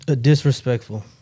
Disrespectful